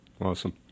Awesome